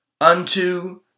unto